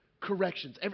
corrections